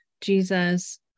jesus